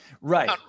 Right